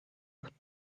could